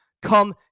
come